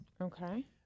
Okay